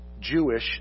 Jewish